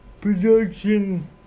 production